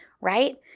right